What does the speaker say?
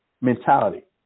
mentality